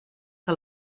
que